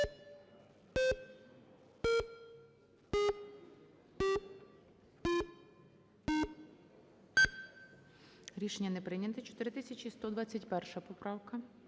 Рішення не прийнято. 4121 поправка.